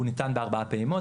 הוא ניתן בארבעה פעימות,